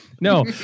No